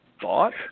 thought